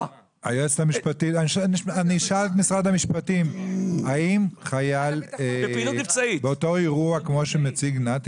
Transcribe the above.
--- אני אשאל את משרד המשפטים האם חייל באותו אירוע כמו שמדבר עליו נתי,